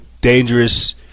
dangerous